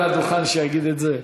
על הדוכן שיגיד את זה?